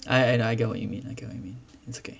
I I know I get what you mean I get what you mean it's okay